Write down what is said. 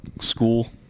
school